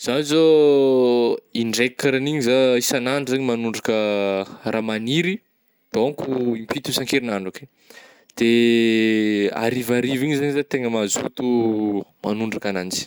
Zah zô indraiky karaha an'igny zah isan'andro manondraka raha magniry daonko impito isan-kerignandro akeo de arivariva igny zany zah tegna mazoto manondraka agnanjy.